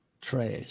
Trash